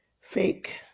fake